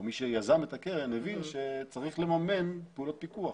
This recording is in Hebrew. או מי שיזם את הקרן הבין שצריך לממן פעולות פיקוח.